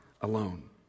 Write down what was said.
alone